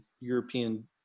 European